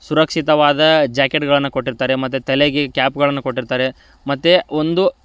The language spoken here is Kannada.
ಸುರಕ್ಷಿತವಾದ ಜಾಕೆಟ್ಗಳನ್ನ ಕೊಟ್ಟಿರ್ತಾರೆ ಮತ್ತು ತಲೆಗೆ ಕ್ಯಾಪ್ಗಳನ್ನ ಕೊಟ್ಟಿರ್ತಾರೆ ಮತ್ತು ಒಂದು